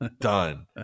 done